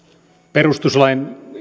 perustuslain